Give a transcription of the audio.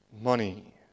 money